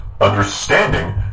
Understanding